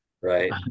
right